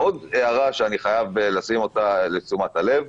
עוד הערה שאני חייב להביא לתשומת הלב.